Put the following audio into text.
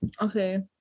Okay